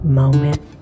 moment